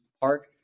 park